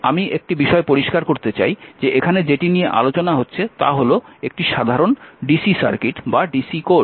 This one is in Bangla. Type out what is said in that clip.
আমি একটি বিষয় পরিষ্কার করতে চাই যে এখানে যেটি নিয়ে আলোচনা হচ্ছে তা হল একটি সাধারণ DC সার্কিট বা ডিসি কোড